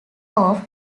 off